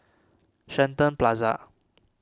Shenton Plaza